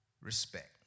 respect